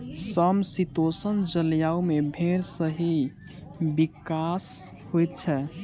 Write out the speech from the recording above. समशीतोष्ण जलवायु मे भेंड़क सही विकास होइत छै